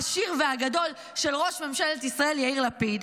העשיר והגדול של ראש ממשלת ישראל יאיר לפיד,